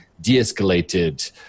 de-escalated